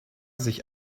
sich